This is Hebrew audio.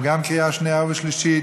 2018, גם בקריאה שנייה ושלישית